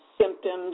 symptoms